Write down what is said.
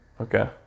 okay